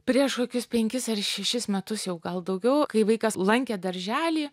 prieš kokius penkis ar šešis metus jau gal daugiau kai vaikas lankė darželį